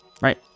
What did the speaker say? right